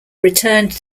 returned